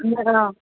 ம் அதான்